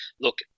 Look